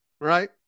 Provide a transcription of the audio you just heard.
right